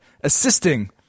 assisting